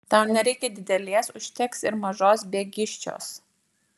tau nereikia didelės užteks ir mažos biagiščios